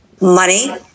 Money